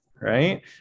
right